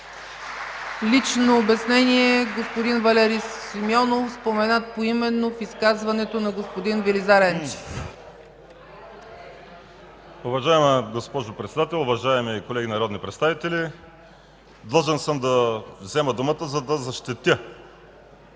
Лично обяснение – господин Валери Симеонов, споменат поименно в изказването на господин Велизар Енчев. ВАЛЕРИ СИМЕОНОВ (ПФ): Уважаема госпожо Председател, уважаеми колеги народни представители! Длъжен съм да взема думата, за да защитя